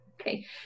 Okay